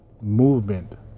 movement